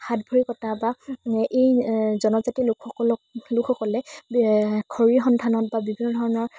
হাত ভৰি কটা বা এই জনজাতিৰ লোকসকলক লোকসকলে খৰিৰ সন্ধানত বা বিভিন্ন ধৰণৰ